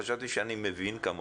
חשבתי שאני מבין כמוך,